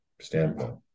standpoint